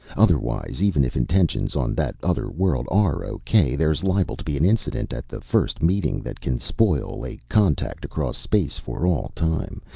otherwise, even if intentions on that other world are okay, there's liable to be an incident at that first meeting that can spoil a contact across space for all time,